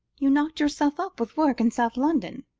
you knocked yourself up with work in south london?